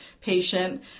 patient